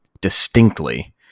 distinctly